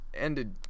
ended